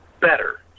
better